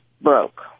broke